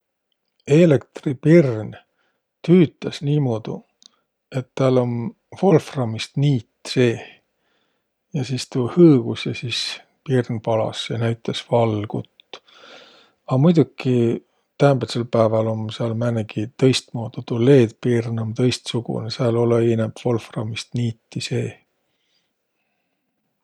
Eelektripirn tüütäs niimuudu, et täl um volframist niit seeh ja sis tuu hõõgus ja sis pirn palas ja näütäs valgut. A muidoki täämbätsel pääväl om sääl määnegi tõistmuu – tuu LED-pirn um tõistsugunõ, sääl olõ-õi inämb volframist niiri seeh.